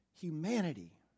humanity